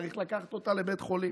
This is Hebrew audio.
צריך לקחת אותה לבית חולים.